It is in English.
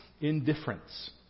indifference